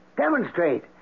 Demonstrate